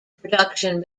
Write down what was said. production